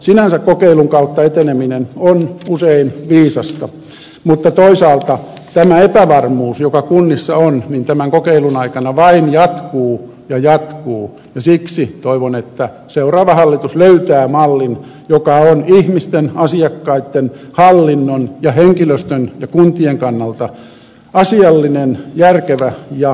sinänsä kokeilun kautta eteneminen on usein viisasta mutta toisaalta tämä epävarmuus joka kunnissa on tämän kokeilun aikana vain jatkuu ja jatkuu ja siksi toivon että seuraava hallitus löytää mallin joka on ihmisten asiakkaitten hallinnon ja henkilöstön ja kuntien kannalta asiallinen järkevä ja pysyvä